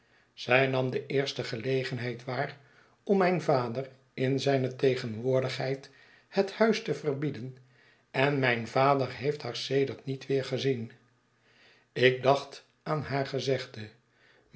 zij nam de eerste gelegenheid waar om mijn vader in zijne tegenwoordigheid het huis te verbieden en mijn vader heeft haar sedert niet weer gezien ik dacht aan haar gezegde